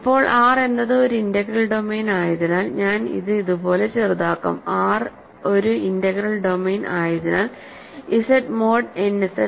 ഇപ്പോൾ R എന്നത് ഒരു ഇന്റഗ്രൽ ഡൊമെയ്ൻ ആയതിനാൽഞാൻ ഇത് ഇതുപോലെ ചെറുതാക്കും R ഒരു ഇന്റഗ്രൽ ഡൊമെയ്ൻ ആയതിനാൽ Z മോഡ് n Z